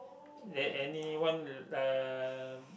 there anyone uh